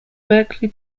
berkeley